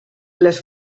les